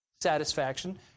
satisfaction